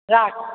राखु